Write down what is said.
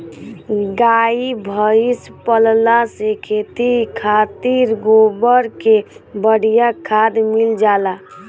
गाई भइस पलला से खेती खातिर गोबर के बढ़िया खाद मिल जाला